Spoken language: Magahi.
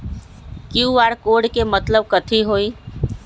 कियु.आर कोड के मतलब कथी होई?